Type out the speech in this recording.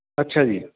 ਅੱਛਾ ਜੀ